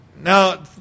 Now